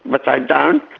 but they don't.